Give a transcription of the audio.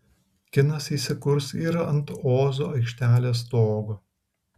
kinas įsikurs ir ant ozo aikštelės stogo